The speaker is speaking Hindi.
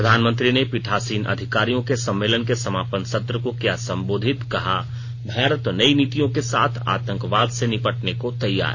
प्रधानमंत्री ने पीठासीन अधिकारियों के सम्मेलन के समापन सत्र को किया संबोधित कहा भारत नई नीतियों के साथ आतंकवाद से निपटने को तैयार